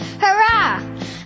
Hurrah